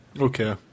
Okay